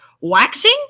Waxing